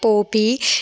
पोइ बि